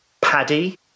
Paddy